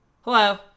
hello